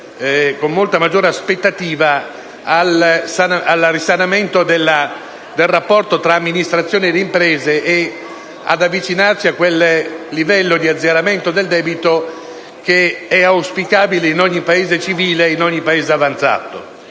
con aspettativa maggiore al risanamento del rapporto tra amministrazione e imprese, per avvicinarci a quel livello di azzeramento del debito che è auspicabile in ogni Paese civile ed avanzato.